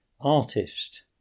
artist